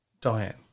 Diane